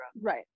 Right